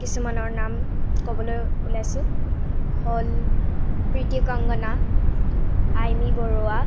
কিছুমানৰ নাম কবলৈ ওলাইছোঁ হ'ল প্ৰীতি কংকনা আইমী বৰুৱা